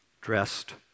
dressed